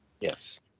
Yes